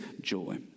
joy